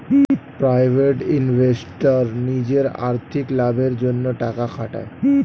private investor নিজের আর্থিক লাভের জন্যে টাকা খাটায়